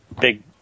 big